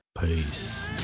Peace